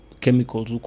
chemicals